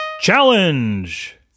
CHALLENGE